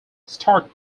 started